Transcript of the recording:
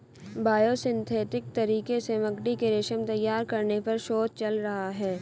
biosynthetic तरीके से मकड़ी के रेशम तैयार करने पर शोध चल रहा है